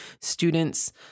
students